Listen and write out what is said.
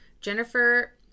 Jennifer